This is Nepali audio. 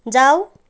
जाऊ